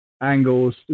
angles